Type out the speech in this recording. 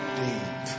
deep